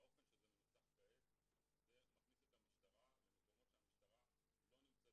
באופן שזה מנוסח כעת למקומות שהמשטרה לא נמצאת